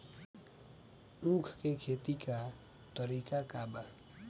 उख के खेती का तरीका का बा?